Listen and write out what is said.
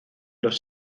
los